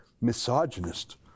misogynist